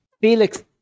Felix